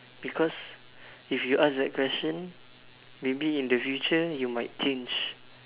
because if you ask that question maybe in the future you might change